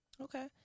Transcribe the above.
Okay